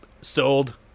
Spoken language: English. sold